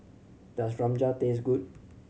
does Rajma taste good